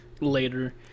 later